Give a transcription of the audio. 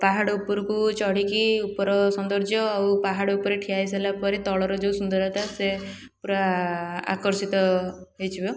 ପାହାଡ଼ ଉପରକୁ ଚଢ଼ିକି ଉପର ସୌନ୍ଦର୍ଯ୍ୟ ଆଉ ପାହାଡ଼ ଉପରେ ଠିଆ ହେଇସାରିଲା ପରେ ତଳର ଯେଉଁ ସୁନ୍ଦରତା ସେ ପୂରା ଆକର୍ଷିତ ହେଇଯିବ